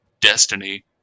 destiny